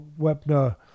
Webner